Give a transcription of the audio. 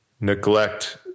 neglect